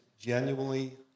genuinely